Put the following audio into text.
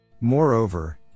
Moreover